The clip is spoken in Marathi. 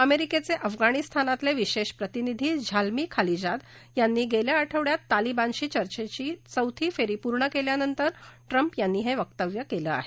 अमेरिकेचे अफगाणिस्तानातले विशेष प्रतिनिधी झाल्मी खलिजाद यांनी गेल्या आठवड्यात तालबानशी चर्चेची चौथी फेरी पूर्ण केल्यानंतर ट्रम्प यांनी हे वक्तव्य केलं आहे